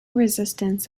resistance